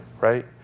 Right